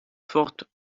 forte